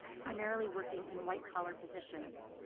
primarily working in white collar positions.